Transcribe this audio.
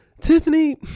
Tiffany